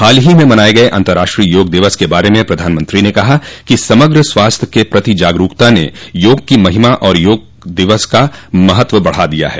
हाल ही में मनाए गए अंतर्राष्ट्रीय योग दिवस के बारे में प्रधानमंत्री ने कहा कि समग्र स्वास्थ्य के प्रति जागरुकता ने योग की महिमा और योग दिवस का महत्व बढ़ा दिया है